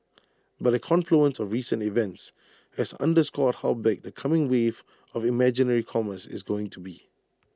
but A confluence of recent events has underscored how big the coming wave of imaginary commerce is going to be